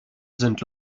sind